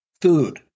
food